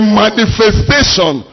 manifestation